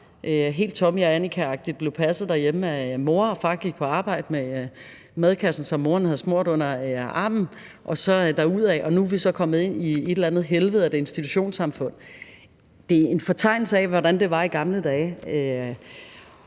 helt Tommy og Annika-agtigt blev passet derhjemme af mor, og hvor far gik på arbejde med madpakken, som moren havde smurt, under armen og så derudad, til at vi nu er kommet i et eller andet helvede af et institutionssamfund, er en fortegnelse af, hvordan det var i gamle dage.